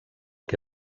que